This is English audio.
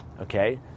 okay